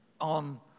on